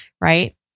Right